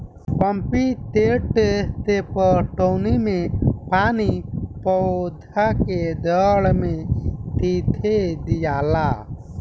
pump set से पटौनी मे पानी पौधा के जड़ मे सीधे दियाला